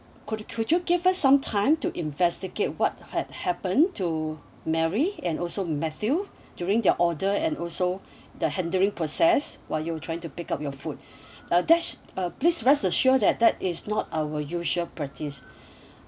could you could you give us some time to investigate what had happened to marry and also matthew during their order and also the handling process while you're trying to pick up your food uh that's uh please rest assured that that is not our usual practice